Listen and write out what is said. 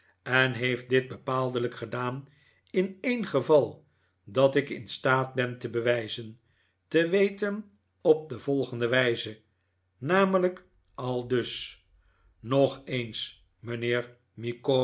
en heeft dit bepaaldelijk gedaan in een geval dat ik in staat ben te bewijzen te weten op de volgende wijze namelijk aldus nog eens